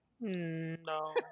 No